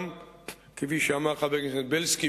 גם כפי שאמר חבר הכנסת בילסקי,